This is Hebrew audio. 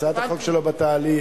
הצעת החוק שלו בתהליך.